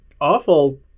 awful